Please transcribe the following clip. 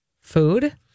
Food